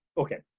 okay.